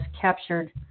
captured